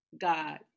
God